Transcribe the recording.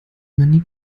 many